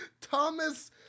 Thomas